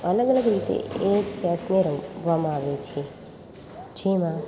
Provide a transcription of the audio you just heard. અલગ અલગ રીતે એ ચેસને રમવામાં આવે છે જેમાં